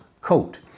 coat